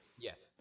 Yes